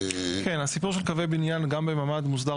הסיפור של קווי בניין גם בממ"ד מוסדר